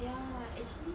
ya actually